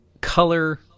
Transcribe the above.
color